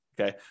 Okay